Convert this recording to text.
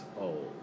old